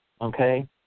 Okay